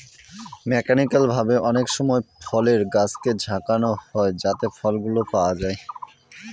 mechanical ভাবে অনেকসময় ফলের গাছকে ঝাঁকানো হয় যাতে ফলগুলো পাওয়া যায়